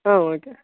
ஆ okay